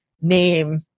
name